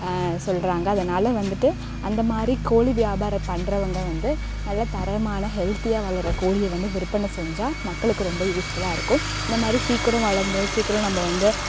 சொல்கிறாங்க அதனால் வந்துட்டு அந்தமாதிரி கோழி வியாபாரம் பண்றவங்க வந்து நல்ல தரமான ஹெல்த்தியாக வளர்ற கோழிய வந்து விற்பனை செஞ்சால் மக்களுக்கு ரொம்ப யூஸ்ஃபுல்லாக இருக்கும் இந்தமாதிரி சீக்கிரம் வளர்ந்து சீக்கிரம் நம்ம வந்து